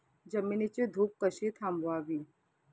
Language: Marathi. जमिनीची धूप कशी थांबवावी?